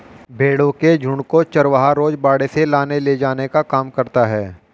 भेंड़ों के झुण्ड को चरवाहा रोज बाड़े से लाने ले जाने का काम करता है